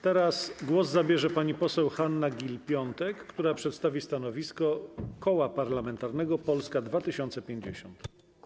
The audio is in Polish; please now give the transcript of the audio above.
Teraz głos zabierze pani poseł Hanna Gill-Piątek, która przedstawi stanowisko Koła Parlamentarnego Polska 2050.